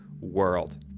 world